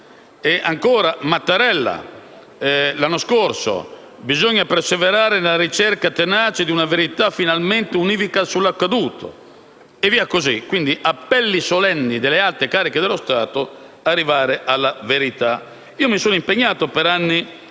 E, ancora, Mattarella, l'anno scorso, diceva: «bisogna perseverare nella ricerca tenace di una verità finalmente univoca sull'accaduto» e via così. Appelli solenni delle alte cariche dello Stato per arrivare alla verità. Mi sono impegnato per anni